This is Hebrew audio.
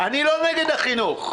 אני לא נגד החינוך.